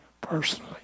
personally